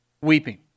weeping